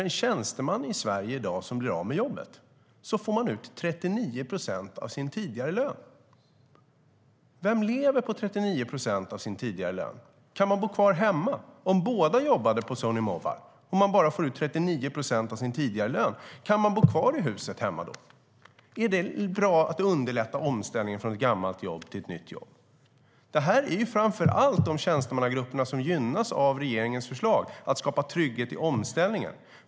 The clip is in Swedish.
En tjänsteman i Sverige som blir av med jobbet får i dag ut 39 procent av sin tidigare lön. Vem lever på 39 procent av sin tidigare lön? Om båda jobbade på Sony Mobile och bara får ut 39 procent av sin tidigare lön, kan de då bo kvar i huset hemma? Är det bra att underlätta omställningen från gammalt jobb till nytt? Det är framför allt dessa tjänstemannagrupper som gynnas av regeringens förslag för att skapa trygghet i omställningen.